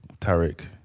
Tarek